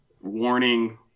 Warning